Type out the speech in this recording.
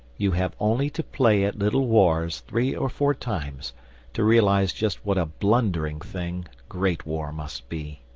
you have only to play at little wars three or four times to realise just what a blundering thing great war must be.